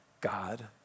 God